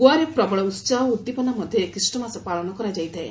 ଗୋଆରେ ପ୍ରବଳ ଉତ୍କାହ ଓ ଉଦ୍ଦୀପନା ମଧ୍ୟରେ ଖ୍ରୀଷ୍ଟମାସ ପାଳନ କରାଯାଇଥାଏ